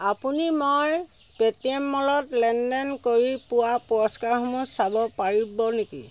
আপুনি মই পে'টিএম মলত লেনদেন কৰি পোৱা পুৰস্কাৰসমূহ চাব পাৰিব নেকি